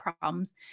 problems